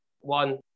one